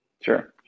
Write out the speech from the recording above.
Sure